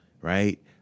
right